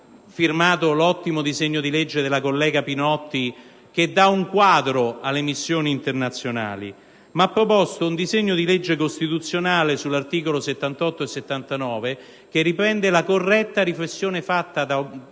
firmato l'ottimo disegno di legge della collega Pinotti, che dà un quadro alle missioni internazionali, ma anche proposto un disegno di legge costituzionale sugli articoli 78 e 79 della Costituzione che riprende la corretta riflessione fatta, da